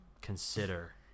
consider